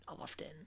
often